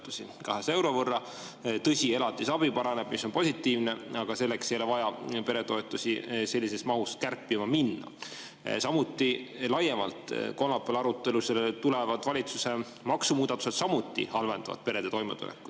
200 euro võrra. Tõsi, elatisabi paraneb, mis on positiivne, aga selleks ei ole vaja peretoetusi sellises mahus kärpima minna. Laiemalt kolmapäeval arutelule tulevad valitsuse maksumuudatused samuti halvendavad perede toimetulekut.